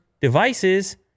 devices